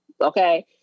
Okay